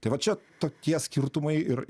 tai va čia tokie skirtumai ir